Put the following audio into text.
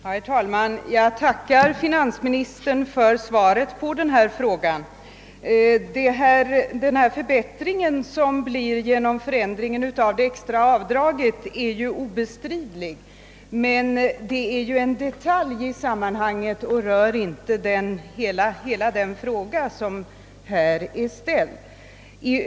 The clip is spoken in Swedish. Herr talman! Jag tackar finansministern för svaret på min fråga. Den förbättring som de ökade möjligheterna till extra avdrag för nedsatt skatteförmåga kommer att medföra är obestridlig men är en detalj i sammanhanget och rör inte hela den fråga som jag har ställt.